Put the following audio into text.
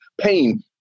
pain